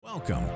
Welcome